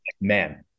man